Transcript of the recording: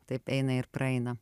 taip eina ir praeina